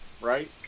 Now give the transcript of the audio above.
right